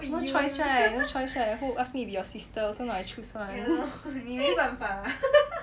no choice right no choice right who ask me be you sister also not I choose [one]